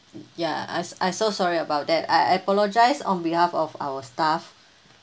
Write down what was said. ya I s~ I so sorry about that I apologise on behalf of our staff